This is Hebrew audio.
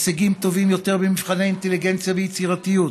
הישגים טובים יותר במבחני אינטליגנציה ויצירתיות.